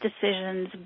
decisions